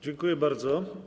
Dziękuję bardzo.